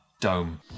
dome